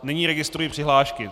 Nyní registruji přihlášky.